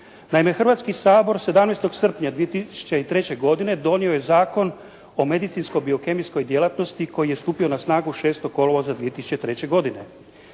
Naime Hrvatski sabor 17. srpnja 2003. godine donio je Zakon o medicinsko biokemijskoj djelatnosti koji je stupio na snagu 6. kolovoza 2003. godine.